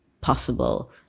possible